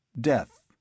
death